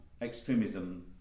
extremism